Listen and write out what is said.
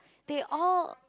they all